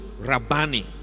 Rabani